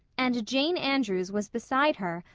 and jane andrews was beside her,